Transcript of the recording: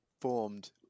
formed